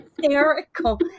hysterical